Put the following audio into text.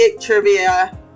trivia